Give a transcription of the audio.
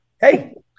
Hey